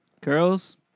Girls